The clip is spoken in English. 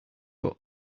were